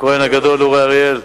הכוהן הגדול אורי אריאל.